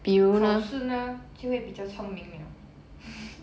考试呢就会比较聪明了